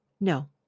No